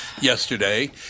yesterday